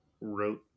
wrote